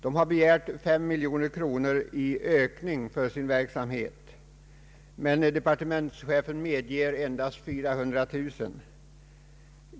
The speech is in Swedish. Det har begärt 5 miljoner kronor i ökning för sin verksamhet, men departementschefen medger endast 400 000 kronor.